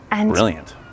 Brilliant